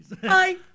Hi